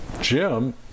Jim